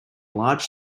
large